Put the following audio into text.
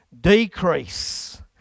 decrease